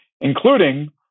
including